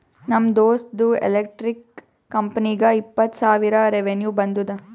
ನಮ್ ದೋಸ್ತ್ದು ಎಲೆಕ್ಟ್ರಿಕ್ ಕಂಪನಿಗ ಇಪ್ಪತ್ತ್ ಸಾವಿರ ರೆವೆನ್ಯೂ ಬಂದುದ